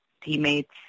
teammates